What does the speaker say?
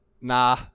nah